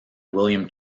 william